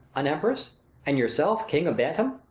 an empress and yourself, king of bantam.